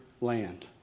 land